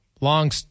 Long